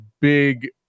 big